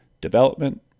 development